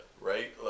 Right